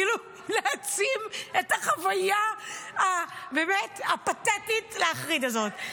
כאילו להעצים את החוויה הפתטית להחריד הזאת,